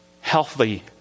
healthy